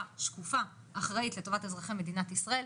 שקופה ואחראית לטובת אזרחי מדינת ישראל.